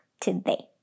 today